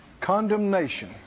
Condemnation